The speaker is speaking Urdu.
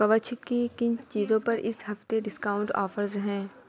کوچھک کی کن چیزوں پر اس ہفتے ڈسکاؤنٹ آفرز ہیں